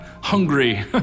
hungry